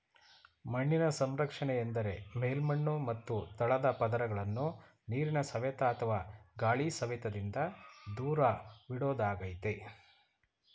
ಮಣ್ಣಿನ ಸಂರಕ್ಷಣೆ ಎಂದರೆ ಮೇಲ್ಮಣ್ಣು ಮತ್ತು ತಳದ ಪದರಗಳನ್ನು ನೀರಿನ ಸವೆತ ಅಥವಾ ಗಾಳಿ ಸವೆತದಿಂದ ದೂರವಿಡೋದಾಗಯ್ತೆ